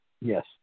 Yes